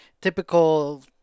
typical